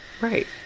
Right